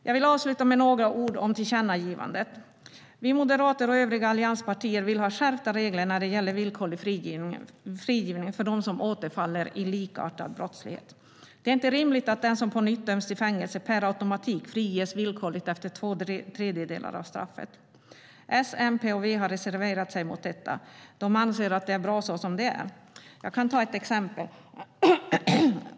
Jag vill avsluta med några ord om tillkännagivandet. Vi moderater och övriga allianspartier vill ha skärpta regler när det gäller villkorlig frigivning för dem som återfaller i likartad brottslighet. Det är inte rimligt att den som på nytt döms till fängelse per automatik friges villkorligt efter två tredjedelar av straffet. S, MP och V har reserverat sig mot detta. De anser att det är bra som det är. Jag kan ge ett exempel.